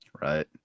Right